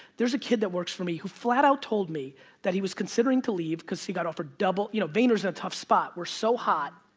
there's a kid that works for me, who flat-out told me that he was considering to leave because he got offered double you know, vayner's in tough spot. we're so hot,